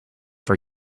for